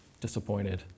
disappointed